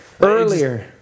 earlier